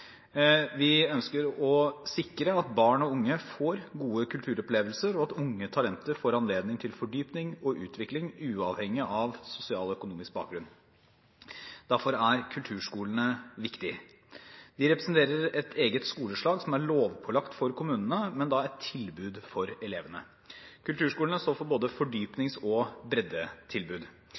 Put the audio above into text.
anledning til fordypning og utvikling uavhengig av sosial og økonomisk bakgrunn. Derfor er kulturskolene viktige. De representerer et eget skoleslag som er lovpålagt for kommunene, men et tilbud for elevene. Kulturskolene står for både fordypnings- og breddetilbud.